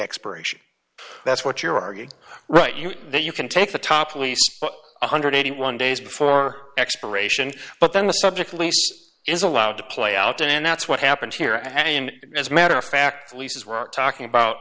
expiration that's what you're arguing right you that you can take the top least one hundred and eighty one days before expiration but then the subject lease is allowed to play out and that's what happened here and as a matter of fact leases were talking about